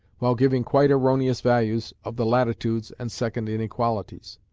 while giving quite erroneous values of the latitudes and second inequalities.